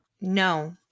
No